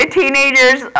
teenagers